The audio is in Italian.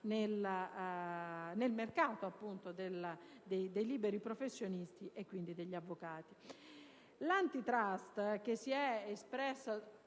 nel mercato dei liberi professionisti e quindi degli avvocati. L'*Antitrust*, che si è espressa